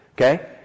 Okay